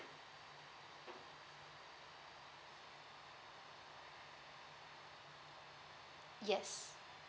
yes